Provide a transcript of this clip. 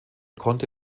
konnte